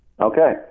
Okay